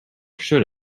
should